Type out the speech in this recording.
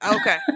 Okay